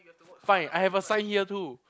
fine I have a sign here too